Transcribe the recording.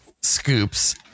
scoops